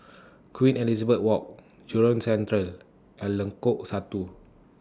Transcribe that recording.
Queen Elizabeth Walk Jurong Central and Lengkong Satu